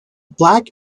black